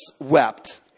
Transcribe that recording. wept